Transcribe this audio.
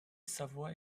savoie